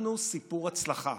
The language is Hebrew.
אנחנו סיפור הצלחה,